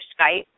Skype